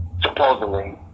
Supposedly